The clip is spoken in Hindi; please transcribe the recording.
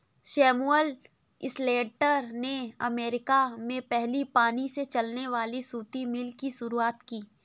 सैमुअल स्लेटर ने अमेरिका में पहली पानी से चलने वाली सूती मिल की शुरुआत की